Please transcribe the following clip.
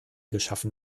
geschaffen